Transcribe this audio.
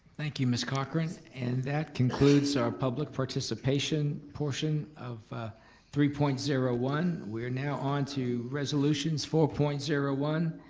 thank you ms. cochran, and that concludes our public participation portion of three point zero one. we're now onto resolutions, four point zero one,